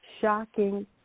shocking